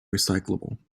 recyclable